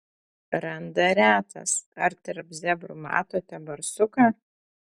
randa retas ar tarp zebrų matote barsuką